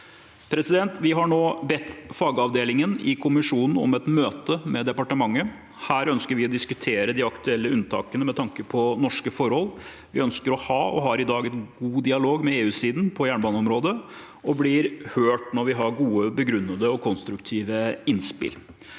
beredskap. Vi har nå bedt fagavdelingen i Kommisjonen om et møte med departementet. Her ønsker vi å diskutere de aktuelle unntakene med tanke på norske forhold. Vi ønsker å ha og har i dag god dialog med EU-siden på jernbaneområdet og blir hørt når vi har gode, begrunnede og konstruktive innspill.